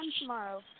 tomorrow